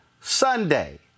Sunday